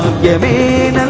derby